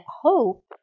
hope